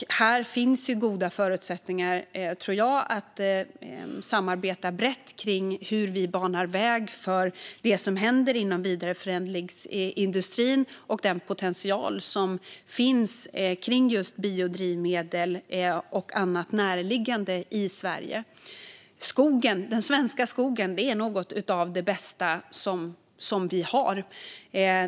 Jag tror att det finns goda förutsättningar för ett brett samarbete kring hur vi banar väg för det som händer inom vidareförädlingsindustrin och kring den potential som finns i just biodrivmedel och annat närliggande i Sverige. Den svenska skogen är något av det bästa vi har.